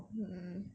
mmhmm